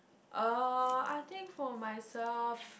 uh I think for myself